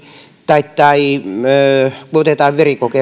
tai